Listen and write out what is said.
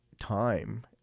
time